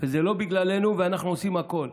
וזה לא בגללנו ואנחנו עושים הכול.